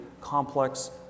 complex